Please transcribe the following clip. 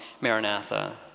Maranatha